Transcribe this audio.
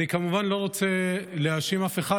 כמובן שאני לא רוצה להאשים אף אחד,